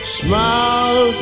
smile